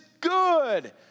good